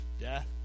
death